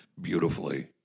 beautifully